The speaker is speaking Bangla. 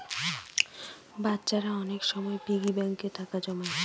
বাচ্চারা অনেক সময় পিগি ব্যাঙ্কে টাকা জমায়